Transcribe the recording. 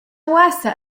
uossa